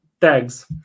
tags